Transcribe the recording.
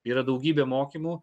yra daugybė mokymų